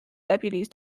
deputies